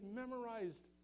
memorized